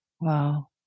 wow